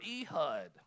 Ehud